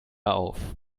auf